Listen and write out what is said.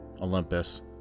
Olympus